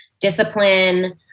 discipline